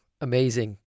Amazing